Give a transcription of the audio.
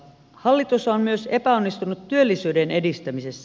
hallitus on myös epäonnistunut työllisyyden edistämisessä